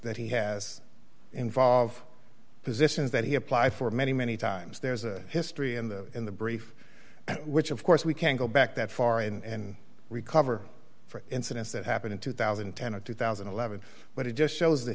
that he has involve positions that he applied for many many times there's a history in the in the brief which of course we can go back that far and recover from incidents that happened in two thousand and ten or two thousand and eleven but it just shows the